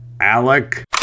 Alec